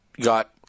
got